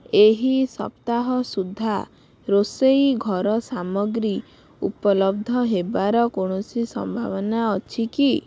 ଏହି ସପ୍ତାହ ସୁଦ୍ଧା ରୋଷେଇ ଘର ସାମଗ୍ରୀ ଉପଲବ୍ଧ ହେବାର କୌଣସି ସମ୍ଭାବନା ଅଛି କି